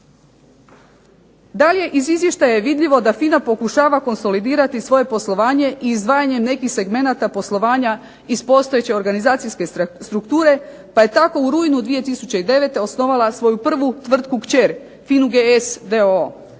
Dalje iz Izvještaja je vidljivo da FINA pokušava konsolidirati svoje poslovanje i izdvajanje nekih segmenata poslovanja iz postojeće organizacijske strukture pa je tako u rujnu 2009. osnovala svoju prvu tvrtku kćer, FINA GS